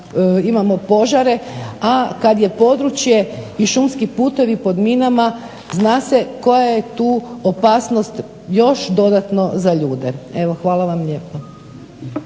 imamo požare, a kad je područje i šumski putovi pod minama zna se koja je tu opasnost još dodatno za ljude. Evo hvala vam lijepo.